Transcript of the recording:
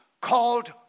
called